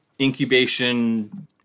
Incubation